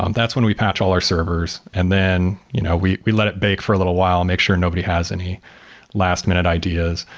um that's when we patch all our servers, and then you know we we let it bake for a little while, make sure nobody has any last-minute ideas.